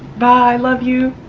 bye. i love you